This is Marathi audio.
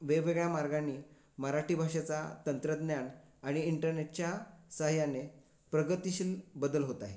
वेगवेगळ्या मार्गांनी मराठी भाषेचा तंत्रज्ञान आणि इंटरनेटच्या सहाय्याने प्रगतिशील बदल होत आहे